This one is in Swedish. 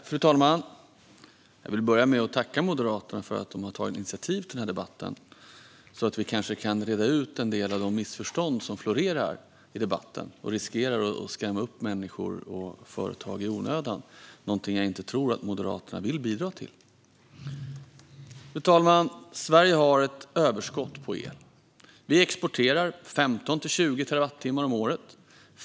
Fru talman! Jag vill börja med att tacka Moderaterna för att de har tagit initiativ till denna debatt. På det sättet kan vi kanske reda ut en del av de missförstånd som florerar i debatten och som riskerar att skrämma upp människor och företag i onödan - någonting jag inte tror att Moderaterna vill bidra till. Fru talman! Sverige har ett överskott på el. Vi exporterar 15-20 terawattimmar om året.